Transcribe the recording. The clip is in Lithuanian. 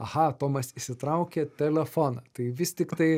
aha tomas išsitraukė telefoną tai vis tiktai